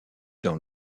dans